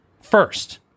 first